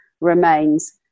remains